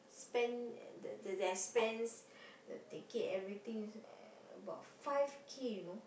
spend uh the the expense their ticket everything is uh about five K you know